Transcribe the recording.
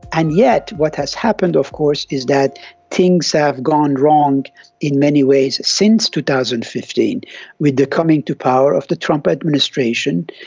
and yet what has happened of course is that things have gone wrong in many ways since two thousand and fifteen with the coming to power of the trump administration.